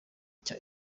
cya